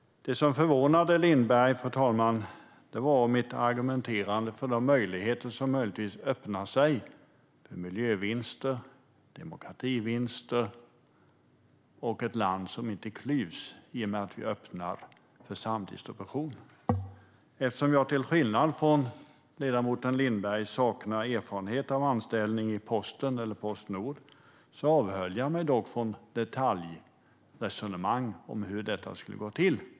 Det som förvånade Lindberg, fru talman, var mitt argumenterande för de möjligheter som möjligtvis öppnar sig för miljövinster, demokrativinster och ett land som inte klyvs i och med att vi öppnar för samdistribution. Eftersom jag, till skillnad från ledamoten Lindberg, saknar erfarenhet av anställning i Posten eller Postnord avhöll jag mig från detaljresonemang om hur detta skulle gå till.